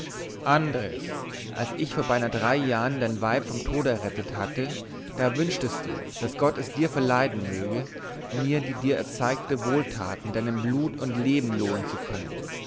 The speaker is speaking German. andres als ich vor beinahe drei jahren dein weib vom tode errettet hatte da wünschtest du daß gott es dir verleihen möge mir die dir erzeigte wohltat mit deinem blut und leben lohnen zu können